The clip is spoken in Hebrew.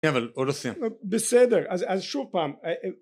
כן, אבל עוד לא סיימתי, בסדר אז אז שוב פעם..